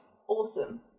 awesome